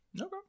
okay